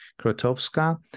Krotowska